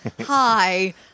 Hi